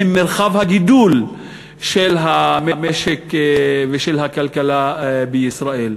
הן מרחב הגידול של המשק ושל הכלכלה בישראל.